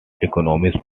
economics